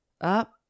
Up